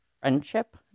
Friendship